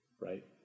right